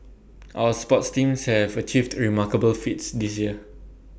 our sports teams have achieved remarkable feats this year